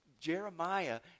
Jeremiah